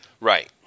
Right